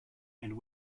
and